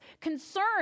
concern